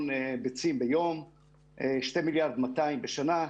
ביצים ביום ו-2.2 מיליארד ביצים בשנה,